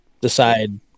decide